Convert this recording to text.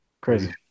Crazy